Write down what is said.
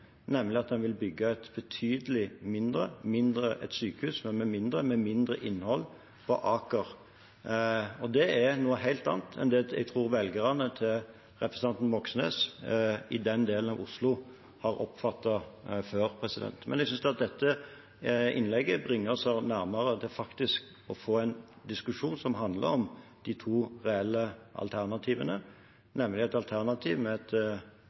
nemlig at en vil bygge et betydelig mindre sykehus, et sykehus med mindre innhold, på Aker. Det er noe helt annet enn det jeg tror velgerne til representanten Moxnes i den delen av Oslo har oppfattet før. Jeg synes at dette innlegget bringer oss nærmere faktisk å få en diskusjon som handler om de to reelle alternativene, nemlig et alternativ med et